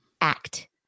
act